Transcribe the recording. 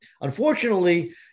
Unfortunately